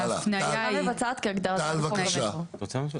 הלאה, טל, בבקשה.